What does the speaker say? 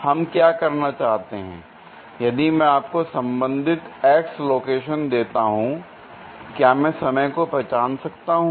हम क्या करना चाहते हैं यदि मैं आपको संबंधित x लोकेशन देता हूं क्या मैं समय को पहचान सकता हूं